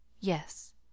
Yes